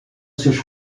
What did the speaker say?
seus